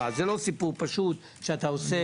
אף אחד לא חשב עליהם.